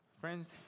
friends